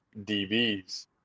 DBs